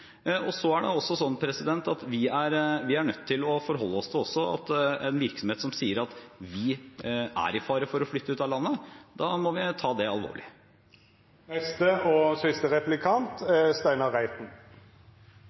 Vi er også nødt til å forholde oss til en virksomhet som sier at de står i fare for å flytte ut av landet. Det må vi ta alvorlig. Jeg merket meg også statsrådens uttalelser om flertallsmerknaden, men regner med at det